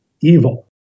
evil